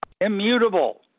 immutable